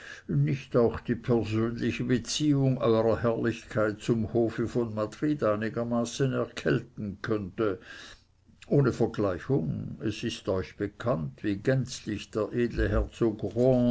nicht auch die persönliche beziehung eurer herrlichkeit zum hofe von madrid einigermaßen erkälten könnte ohne vergleichung es ist euch bekannt wie gänzlich der edle herzog